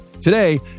Today